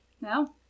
No